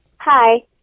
Hi